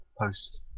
post